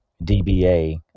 DBA